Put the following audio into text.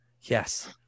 Yes